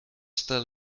still